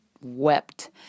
wept